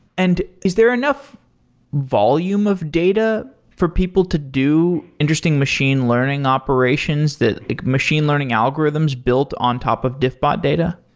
and is there enough volume of data for people to do interesting machine learning operations, like machine learning algorithms built on top of diffbot data?